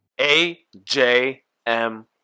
ajm